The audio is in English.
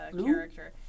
character